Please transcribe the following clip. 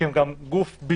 כי הם גם גוף ביצועי.